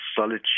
solid